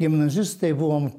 gimnazistai buvom